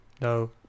No